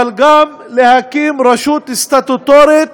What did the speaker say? אבל גם להקים רשות סטטוטורית